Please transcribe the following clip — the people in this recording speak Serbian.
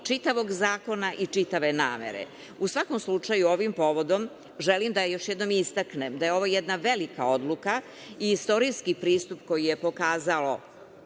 čitavog zakona i čitave namere. U svakom slučaju, ovim povodom želim da još jednom istaknem da je ovo jedna velika odluka i istorijski pristup koji je pokazalo